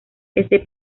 este